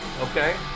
okay